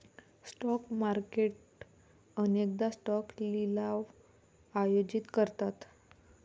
stock market अनेकदा stock लिलाव आयोजित करतात